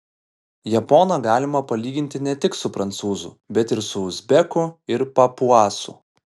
japoną galima palyginti ne tik su prancūzu bet ir su uzbeku ir papuasu